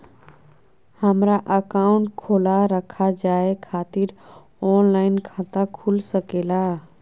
हमारा अकाउंट खोला रखा जाए खातिर ऑनलाइन खाता खुल सके ला?